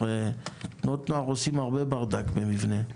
הרי תנועות נוער עושות הרבה ברדק במבנה,